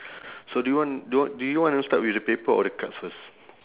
so do you want do y~ do you want to start with the paper or the cards first